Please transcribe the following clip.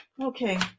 Okay